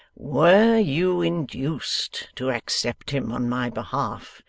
were you induced to accept him on my behalf,